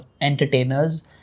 entertainers